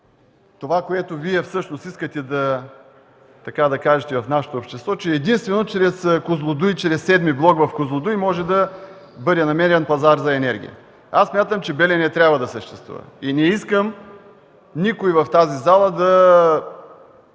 това, което всъщност Вие искате да кажете в нашето общество, че единствено чрез Козлодуй, чрез VІІ блок в „Козлодуй” може да бъде намерен пазар за енергията. Аз смятам, че „Белене” трябва да съществува и не искам никой в тази зала да